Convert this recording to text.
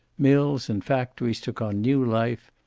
mills and factories took on new life.